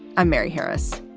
i'm mary harris.